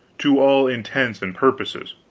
to all intents and purposes.